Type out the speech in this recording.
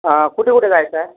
कुठे कुठे जायचं आहे